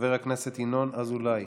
חבר הכנסת ינון אזולאי,